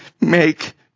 make